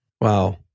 Wow